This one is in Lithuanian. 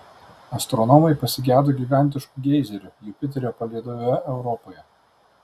astronomai pasigedo gigantiškų geizerių jupiterio palydove europoje